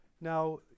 now